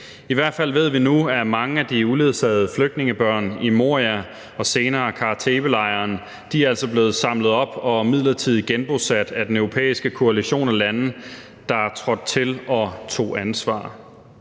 I hvert fald ved vi nu, at mange af de uledsagede flygtningebørn i Morialejren og senere Kara Tepe-lejren altså er blevet samlet op og er blevet midlertidigt genbosat af den europæiske koalition af lande, der trådte til og tog ansvar.